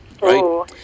right